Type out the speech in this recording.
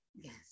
yes